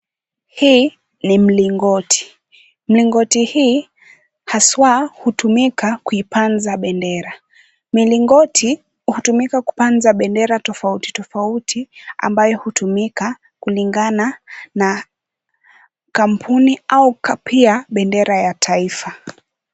Hii ni mlingoti, mlingoti hii haswa hutumika kuipanza bendera. Milingoti hutumika kupanza bendera tofauti tofauti ambayo hutumika kulingana na kampuni au pia bendera ya taifa.